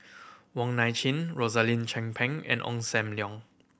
Wong Nai Chin Rosaline Chan Pang and Ong Sam Leong